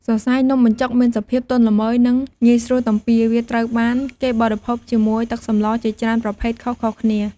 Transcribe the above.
សរសៃនំបញ្ចុកមានសភាពទន់ល្មើយ និងងាយស្រួលទំពាវាត្រូវបានគេបរិភោគជាមួយទឹកសម្លជាច្រើនប្រភេទខុសៗគ្នា។